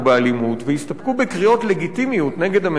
והסתפקו בקריאות לגיטימיות נגד הממשלה,